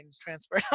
transfer